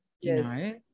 Yes